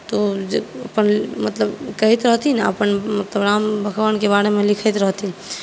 तऽ अपन मतलब कहैत रहथिन आ अपन राम भगवानकेँ बारेमे लिखैत रहथिन